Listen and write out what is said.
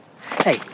Hey